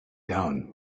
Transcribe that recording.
down